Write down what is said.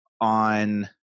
on